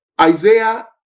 Isaiah